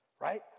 Right